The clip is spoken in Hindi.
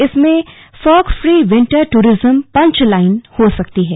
इसमें fog free winter tourism punch line हो सकती है